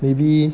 maybe